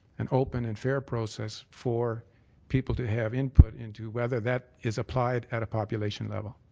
an open and fair process, for people to have input into whether that is applied at a population level?